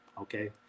okay